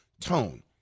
tone